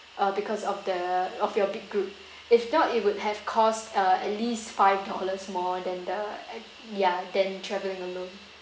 uh because of the of your big group if not it would have cost uh at least five dollars more than the act~ yeah than travelling alone